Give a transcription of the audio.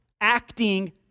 acting